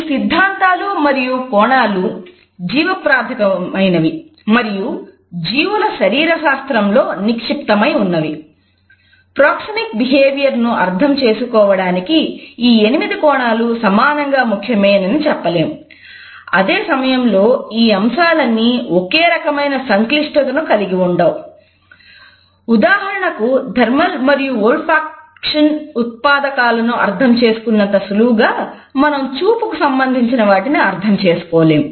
ఈ సిద్ధాంతాలు మరియు కోణాలు జీవప్రాథమికమైనవి ఉత్పాదకాలను అర్థం చేసుకున్నంత సులువుగా మనం చూపుకు సంబంధించిన వాటిని అర్థంచేసుకోలేము